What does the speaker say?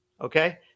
Okay